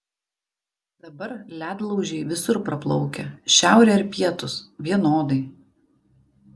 dabar ledlaužiai visur praplaukia šiaurė ar pietūs vienodai